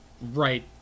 right